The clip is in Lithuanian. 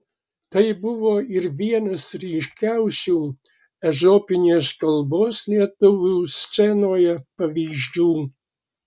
tai buvo ir vienas ryškiausių ezopinės kalbos lietuvių scenoje pavyzdžių